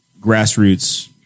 grassroots